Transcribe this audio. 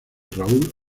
raúl